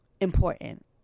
important